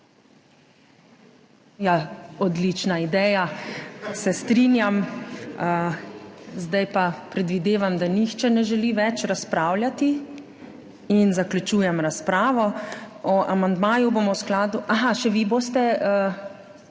odlična ideja, se strinjam. Zdaj pa predvidevam, da nihče ne želi več razpravljat in zaključujem razpravo. O amandmaju bomo v skladu … Aha, še vi boste?